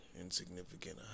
insignificant